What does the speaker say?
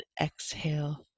exhale